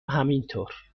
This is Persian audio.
همینطور